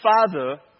father